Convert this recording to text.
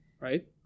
Right